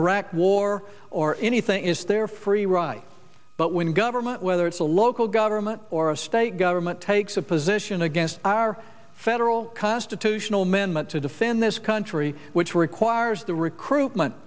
iraqi war or anything is their free right but when government whether it's a local government or a state government takes a position against our federal constitutional amendment to defend this country which requires the recruitment